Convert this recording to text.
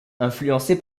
influencé